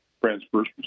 transfers